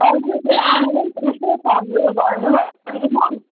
हजुर आमाले पनि त्यस्तै फर्महरू भर्नु भन्नुहुँदैछ कि म्याम